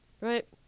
Right